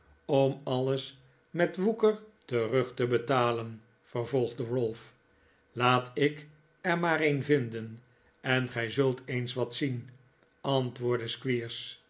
om alles met woeker terug te betalen vervolgde ralph laat ik er maar een vinden en gij zult eens wat zien antwoordde